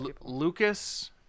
Lucas